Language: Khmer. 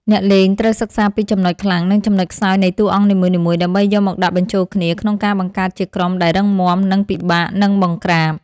អ្នកលេងត្រូវសិក្សាពីចំណុចខ្លាំងនិងចំណុចខ្សោយនៃតួអង្គនីមួយៗដើម្បីយកមកដាក់បញ្ចូលគ្នាក្នុងការបង្កើតជាក្រុមដែលរឹងមាំនិងពិបាកនឹងបង្ក្រាប។